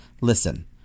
Listen